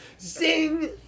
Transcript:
Zing